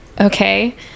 Okay